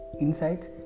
insights